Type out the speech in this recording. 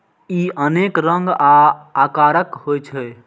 ई अनेक रंग आ आकारक होइ छै